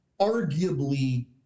arguably